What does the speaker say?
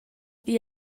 igl